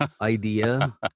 idea